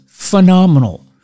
phenomenal